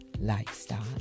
lifestyle